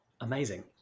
Amazing